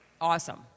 Awesome